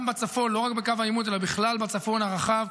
גם בצפון, לא רק בקו העימות, אלא בכלל בצפון הרחב.